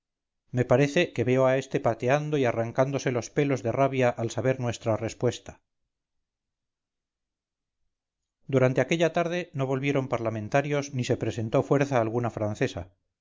me parece que veo a este pateando y arrancándose los pelos de rabia al saber nuestra respuesta durante aquella tarde no volvieron parlamentarios ni se presentó fuerza alguna francesa